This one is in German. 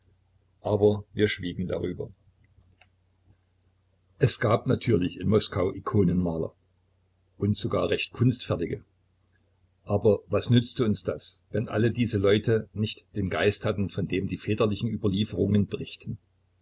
aber indes wir uns schämten schwiegen wir darüber es gab natürlich in moskau ikonenmaler und sogar recht kunstfertige aber was nützte uns das wenn alle diese leute nicht den geist hatten von dem die väterlichen überlieferungen berichten